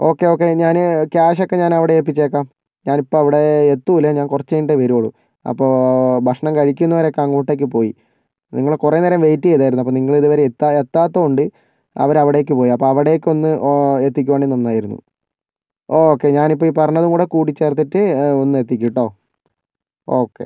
okay okay ഞാൻ ക്യാഷൊക്കെ ഞാനവിടെ എത്തിച്ചേക്കാം ഞാനിപ്പോൾ അവിടെ എത്തില്ല ഞാൻ കുറച്ച് കഴിഞ്ഞിട്ടേ വരികയുള്ളൂ അപ്പോൾ ഭക്ഷണം കഴിക്കുന്നവരൊക്കെ അങ്ങോട്ടേക്ക് പോയി നിങ്ങളെ കുറേ നേരം വെയിറ്റ് ചെയ്തായിരുന്നു അപ്പോൾ നിങ്ങളിതുവരെ എത്താത്തതു കൊണ്ട് അവരവിടേക്ക് പോയി അപ്പോൾ അവിടേക്ക് ഒന്ന് എത്തിക്കുവാണേ നന്നായിരുന്നു ഓക്കെ ഞാനിപ്പോൾ പറഞ്ഞതും കൂടി കൂടി ചേർത്തിട്ട് ഒന്ന് എത്തിക്കു കേട്ടോ ഓക്കെ